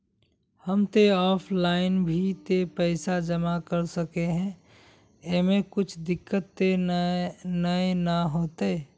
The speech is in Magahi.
हम ते ऑफलाइन भी ते पैसा जमा कर सके है ऐमे कुछ दिक्कत ते नय न होते?